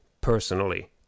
personally